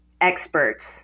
experts